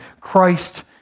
Christ